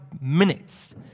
minutes